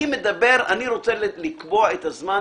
אני רוצה לקבוע את הזמן